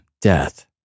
death